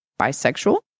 bisexual